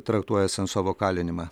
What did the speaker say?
traktuoja sensovo kalinimą